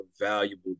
valuable